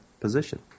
position